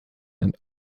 and